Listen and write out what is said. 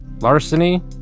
Larceny